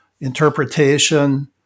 interpretation